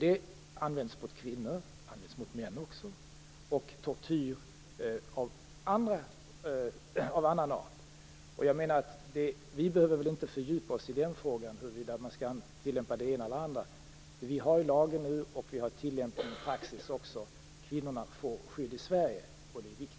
Det används mot kvinnor, det används mot män, och man använder även tortyr av annan art. Jag menar att vi inte behöver fördjupa oss i frågan om man skall tillämpa det ena eller det andra. Vi har ju nu en lag, och vi har också tillämpning i praxis. Kvinnorna får skydd i Sverige och det är viktigt.